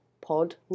pod